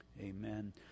Amen